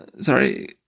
Sorry